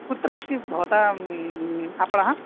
कुत्र अस्ति भवताम् आपणः